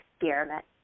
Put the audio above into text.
experiment